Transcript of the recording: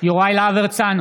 יוראי להב הרצנו,